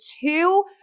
two